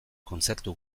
kontzertu